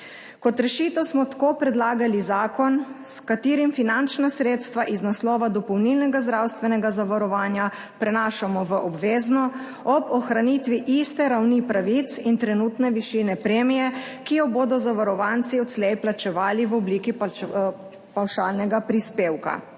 Kot rešitev smo tako predlagali zakon, s katerim finančna sredstva iz naslova dopolnilnega zdravstvenega zavarovanja prenašamo v obvezno, ob ohranitvi iste ravni pravic in trenutne višine premije, ki jo bodo zavarovanci odslej plačevali v obliki pavšalnega prispevka.